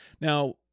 now